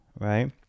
right